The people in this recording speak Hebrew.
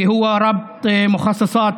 להלן תרגומם: